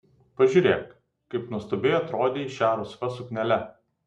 pažiūrėk kaip nuostabiai atrodei šia rusva suknele